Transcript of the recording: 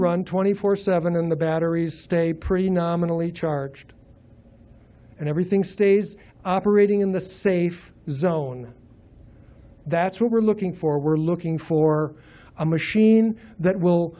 run twenty four seven and the batteries stay pretty nominally charged and everything stays operating in the safe zone that's what we're looking for we're looking for a machine that will